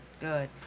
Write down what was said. good